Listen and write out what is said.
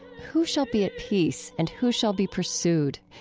who shall be at peace? and who shall be pursued?